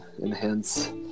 enhance